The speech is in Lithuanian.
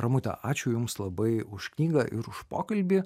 ramute ačiū jums labai už knygą ir už pokalbį